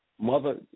mother